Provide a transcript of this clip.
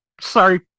Sorry